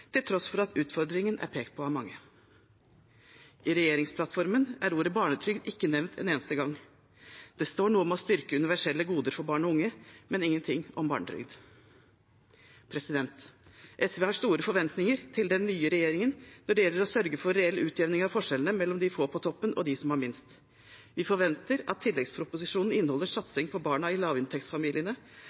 til tross for at utfordringen er pekt på av mange. I regjeringsplattformen er ordet barnetrygd ikke nevnt en eneste gang. Det står noe om å styrke universelle goder for barn og unge, men ingenting om barnetrygd. SV har store forventninger til den nye regjeringen når det gjelder å sørge for reell utjevning av forskjellene mellom de få på toppen og dem som har minst. Vi forventer at tilleggsproposisjonen inneholder en satsing på barna i lavinntektsfamiliene,